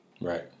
Right